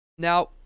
Now